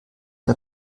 der